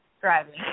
driving